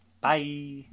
Bye